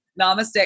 Namaste